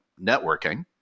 networking